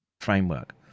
framework